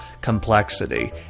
complexity